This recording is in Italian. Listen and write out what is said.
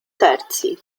terzi